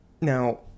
now